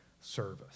service